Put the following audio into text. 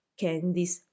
candies